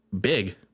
big